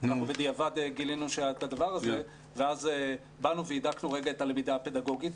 בדיעבד גילינו את הדבר הזה ואז באנו והידקנו רגע את הלמידה הפדגוגית.